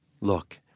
Look